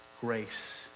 grace